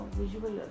visual